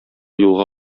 юлга